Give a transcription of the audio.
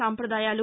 సంప్రదాయాలు